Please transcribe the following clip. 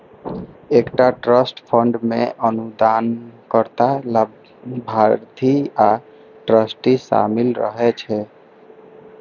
एकटा trust fund मे अनुदानकर्ता, लाभार्थी आ ट्रस्टी शामिल रहै छै